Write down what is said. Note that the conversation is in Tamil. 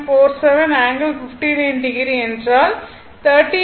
47 ∠59o என்றால் 38